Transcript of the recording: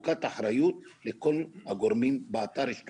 לכל הגורמים באתר יש תוכנית,